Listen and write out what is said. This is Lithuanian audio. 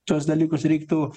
tuos dalykus reiktų